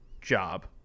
job